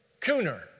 Cooner